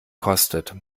kostet